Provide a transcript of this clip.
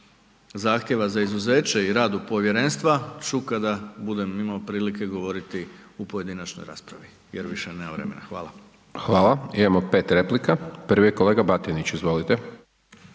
zahtjeva za izuzeće i radu povjerenstva ću kada budem imao prilike govoriti u pojedinačnoj raspravi jer više nemam vremena. Hvala. **Hajdaš Dončić, Siniša (SDP)** Hvala. Imamo 5 replika, prvi je kolega Batinić, izvolite.